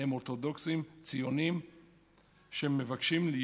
הם אורתודוקסים ציונים שמבקשים להיות